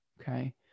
okay